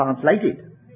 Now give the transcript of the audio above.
translated